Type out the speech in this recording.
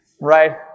Right